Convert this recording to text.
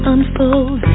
Unfold